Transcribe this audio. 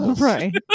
Right